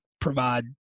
provide